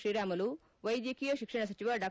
ಶ್ರೀರಾಮುಲು ವೈದ್ಯಕೀಯ ಶಿಕ್ಷಣ ಸಚಿವ ಡಾ